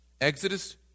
Exodus